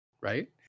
right